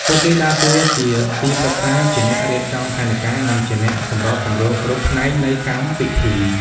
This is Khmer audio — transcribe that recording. ពួកគេដើរតួជាទីប្រឹក្សា ជាអ្នករៀបចំផែនការ និងជាអ្នកសម្របសម្រួលគ្រប់ផ្នែកនៃកម្មពិធី។